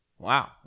Wow